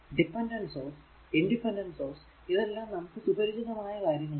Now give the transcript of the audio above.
dependent source independent source ഇതെല്ലാം നമുക്ക് സുപരിചിതമായ കാര്യങ്ങൾ ആണ്